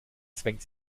zwängt